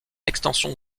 extension